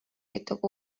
гэдэг